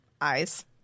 eyes